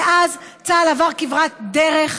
מאז צה"ל עבר כברת דרך,